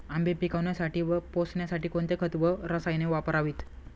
आंबे पिकवण्यासाठी व पोसण्यासाठी कोणते खत व रसायने वापरावीत?